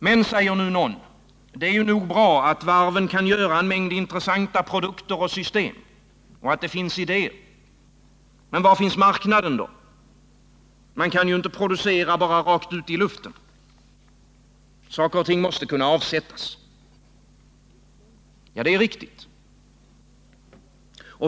Men, säger nu någon, det är nog bra att varven kan göra en mängd intressanta produkter och system och att det finns idéer, men var finns marknaden? Man kan ju inte producera rakt ut i luften — saker och ting måste kunna avsättas. Ja, det är riktigt.